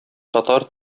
татар